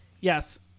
Yes